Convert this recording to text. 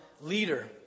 leader